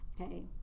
Okay